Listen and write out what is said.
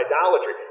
idolatry